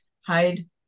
hide